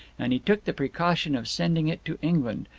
and he took the precaution of sending it to england,